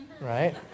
right